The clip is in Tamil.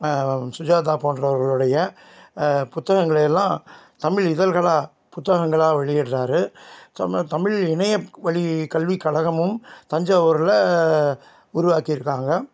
சுஜாதா போன்றவர்களுடைய புத்தகங்களை எல்லாம் தமிழ் இதழ்களா புத்தகங்களாக வெளியிடுகிறாரு ஸோ தமிழ் இணையம் வழி கல்வி கழகமும் தஞ்சாவூரில் உருவாக்கியிருக்காங்க